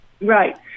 Right